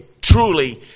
truly